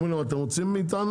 אומרים להם אתם רוצים מאיתנו?